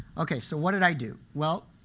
ok, so what did i do? well,